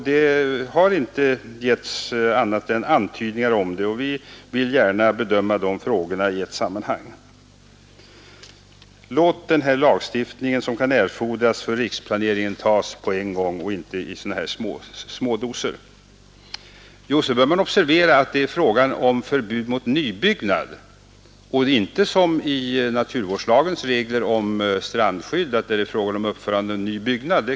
Det har inte getts annat än antydningar om det, och vi vill gärna bedöma dessa frågor i ett sammanhang. Låt den lagstiftning som kan erfordras för riksplaneringen tas på en gång och inte i sådana här smådoser! Man bör observera, om man vill ha begränsningar, att det är fråga om förbud mot nybyggnad och inte, som i naturvårdslagens regler om strandskydd, fråga om uppförande av ny byggnad.